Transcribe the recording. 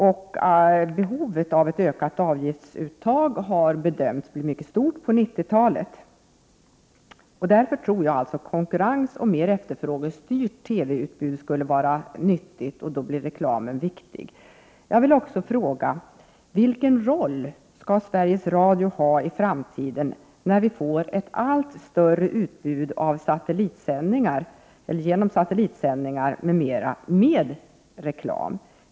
Behovet av en ökning av avgiftsuttagen har bedömts bli mycket stort under 90-talet. Därför tror jag att konkurrens och ett mer efterfrågestyrt TV-utbud skulle vara någonting nyttigt. Då blir reklamen viktig. Jag vill också fråga vilken roll Sveriges Radio skall ha i framtiden, när vi får ett allt större utbud genom satellitsändningar m.m. med reklam.